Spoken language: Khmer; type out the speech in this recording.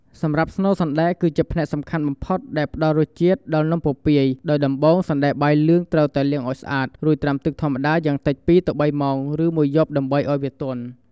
សម្រាប់់ស្នូលសណ្តែក គឺជាផ្នែកសំខាន់បំផុតដែលផ្តល់រសជាតិ ដល់នំពពាយ ដោយដំបូង សណ្ដែកបាយលឿង ត្រូវតែលាងឲ្យស្អាត រួចត្រាំទឹកធម្មតាយ៉ាងតិច ២-៣ ម៉ោង ឬមួយយប់ដើម្បីឲ្យវាទន់។។